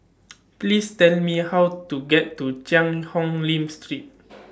Please Tell Me How to get to Cheang Hong Lim Street